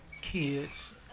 kids